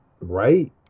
right